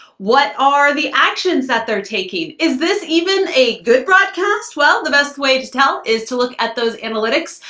what are the actions that they're taking? is this even a good broadcast? well, the best way to tell is to look at those analytics.